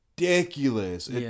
Ridiculous